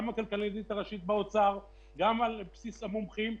גם של הכלכלנית הראשית באוצר וגם על בסיס המומחים,